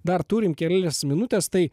dar turim kelias minutes tai